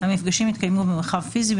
המפגשים יתקיימו במרחב פיסי,